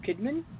Kidman